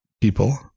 people